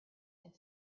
had